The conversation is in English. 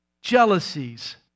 Jealousies